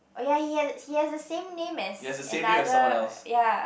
oh ya he has he has the same name as another ya